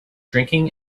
drinking